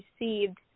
received